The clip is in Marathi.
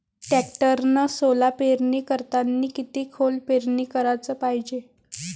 टॅक्टरनं सोला पेरनी करतांनी किती खोल पेरनी कराच पायजे?